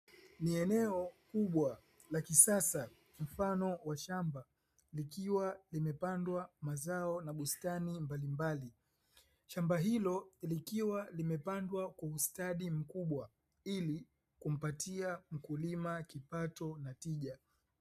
Ni eneo kubwa la kisasa mfano wa shamba likiwa limepandwa mazao na bustani mbalimbali shamba hilo likiwa limepandwa kwa ustadi mkubwa ili kumpatia mkulima kipato na tija.